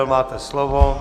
Máte slovo.